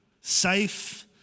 safe